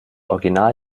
original